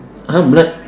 !huh! flag